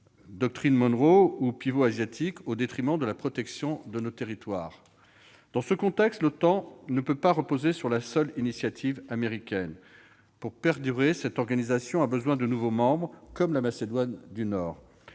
doctrine Monroe » ou « pivot asiatique »-, au détriment de la protection de nos territoires. Dans ce contexte, l'OTAN ne peut pas reposer sur la seule initiative américaine. Pour perdurer, cette organisation a besoin de nouveaux membres, comme la Macédoine du Nord.